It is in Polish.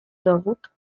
dowód